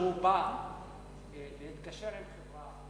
כשהוא בא להתקשר עם חברה,